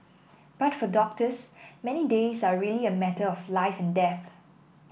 but for doctors many days are really a matter of life and death